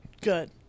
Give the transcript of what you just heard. Good